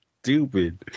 Stupid